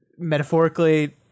Metaphorically